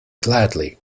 gladly